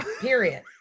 period